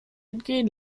entgehen